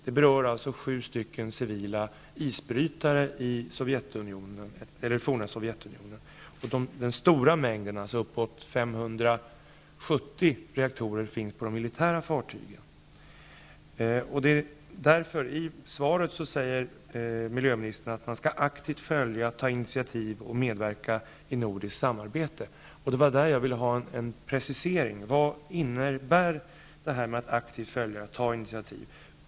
Den berör sju civila isbrytare i det forna Sovjetunionen. Den stora mängden reaktorer, uppåt 570, finns på de militära fartygen. I svaret säger miljöministern att han aktivt skall följa, ta initiativ och medverka i nordiskt samarbete. Det var i detta sammanhang jag ville ha en precisering. Vad innebär det att han aktivt skall följa och ta initiativ?